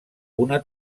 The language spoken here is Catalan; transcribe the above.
una